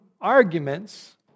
arguments